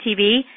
TV